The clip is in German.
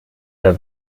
der